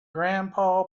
grandpa